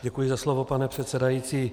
Děkuji za slovo, pane předsedající.